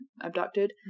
abducted